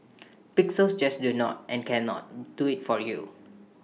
pixels just do not and cannot do IT for you